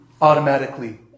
automatically